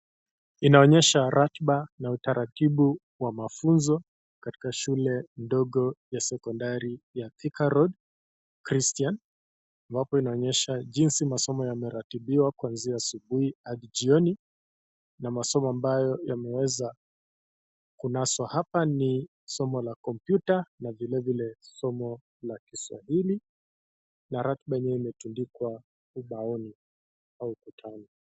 Inaoyesha ratba na utaratibu wa mafunzo katika shule ndogo ya sekondari ya Thika Road Christian ambapo inaoyesha jinsi masomo yameratibiwa kuanzia asubuhi hadi jioni na masomo ambayo yameweza kunaswa hapa ni somo la kompyuta na vilevile somo la Kiswahili na ratba enyewe imetundikwa ubaoni au ukutani.